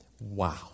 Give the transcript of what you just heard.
Wow